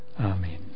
Amen